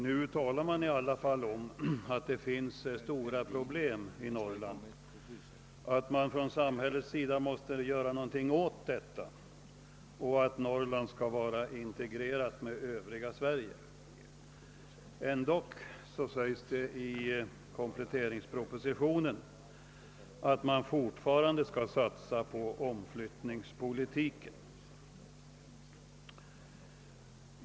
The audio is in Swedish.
Nu talar man i alla fall om att det finns stora problem i Norrland, att samhället måste göra något åt detta och att Norrland skall vara integrerat med det övriga Sverige. Men ändå skriver man i kompletteringspropositionen att vi fortfarande skall satsa på omflyttningspolitiken.